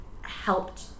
helped